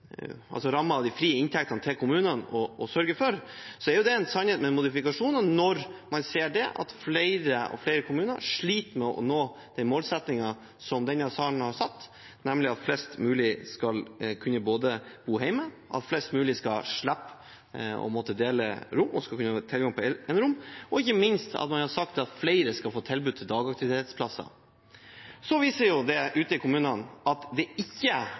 frie inntektene til kommunene, er det en sannhet med modifikasjoner, når man ser at flere og flere kommuner sliter med å nå den målsettingen som denne salen har satt, nemlig at flest mulig skal kunne bo hjemme, at flest mulig skal slippe å måtte dele rom og skal kunne ha tilgang til enerom, og ikke minst at flere skal få tilbud om dagaktivitetsplasser. Så viser det seg at man ute i kommunene ikke har tatt i bruk de mulighetene som er gitt for å få et antall dagplasser, nettopp fordi kommunene har oppfattet at